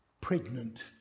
Pregnant